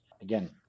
again